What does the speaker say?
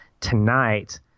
Tonight